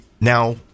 now –